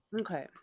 Okay